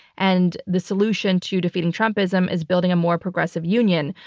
and the solution to defeating trumpism is building a more progressive union.